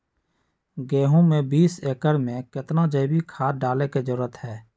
गेंहू में बीस एकर में कितना जैविक खाद डाले के जरूरत है?